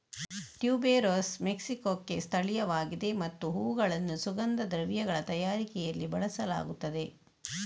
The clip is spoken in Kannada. ಟ್ಯೂಬೆರೋಸ್ ಮೆಕ್ಸಿಕೊಕ್ಕೆ ಸ್ಥಳೀಯವಾಗಿದೆ ಮತ್ತು ಹೂವುಗಳನ್ನು ಸುಗಂಧ ದ್ರವ್ಯಗಳ ತಯಾರಿಕೆಯಲ್ಲಿ ಬಳಸಲಾಗುತ್ತದೆ